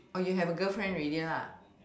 oh you have a girlfriend ready lah